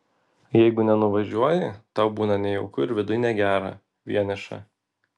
jeigu nenuvažiuoji tau būna nejauku ir viduj negera vieniša